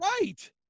Right